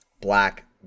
black